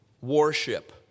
warship